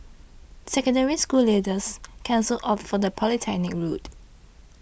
Secondary School leavers can also opt for the polytechnic route